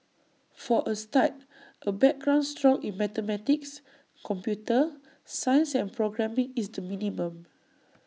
for A start A background strong in mathematics computer science and programming is the minimum